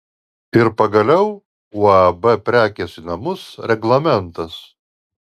ir pagaliau uab prekės į namus reglamentas